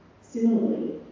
Similarly